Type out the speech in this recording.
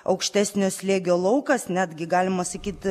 aukštesnio slėgio laukas netgi galima sakyt